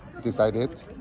decided